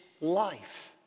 life